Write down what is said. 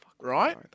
right